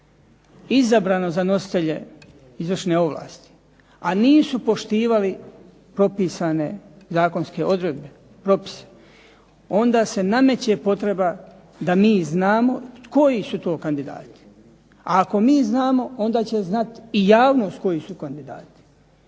izabrano za nositelje izvršne ovlasti, a nisu poštivali propisane zakonske odredbe, propise, onda se nameće potreba da mi znamo koji su to kandidati. A ako mi znamo onda će znati i javnost koji su kandidati,